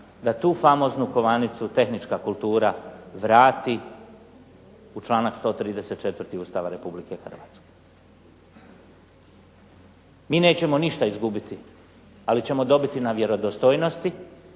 da tu famoznu kovanicu tehnička kultura vrati u članak 134. Ustava Republike Hrvatske. Mi nećemo ništa izgubiti, ali ćemo dobiti na vjerodostojnosti